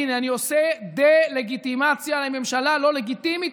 הינה, אני עושה דה-לגיטימציה לממשלה לא לגיטימית.